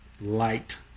light